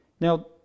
Now